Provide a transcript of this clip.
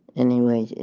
anyway.